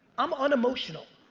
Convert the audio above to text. i'm unemotional.